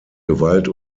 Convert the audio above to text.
gewalt